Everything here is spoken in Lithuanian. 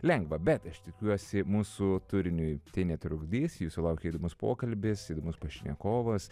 lengva bet aš tikiuosi mūsų turiniui tai netrukdys jūsų laukia įdomus pokalbis įdomus pašnekovas